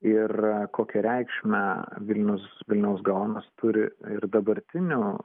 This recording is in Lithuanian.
ir kokią reikšmę vilnius vilniaus gaonas turi ir dabartinių